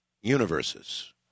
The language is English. universes